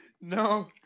No